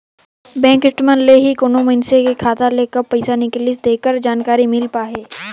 bank statement ले ही कोनो मइनसे के खाता ले कब पइसा निकलिसे तेखर जानकारी मिल पाही